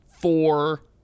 four